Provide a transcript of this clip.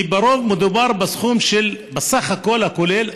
ולרוב מדובר בסכום של בסך הכול הכולל